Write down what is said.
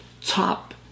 top